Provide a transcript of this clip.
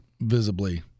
visibly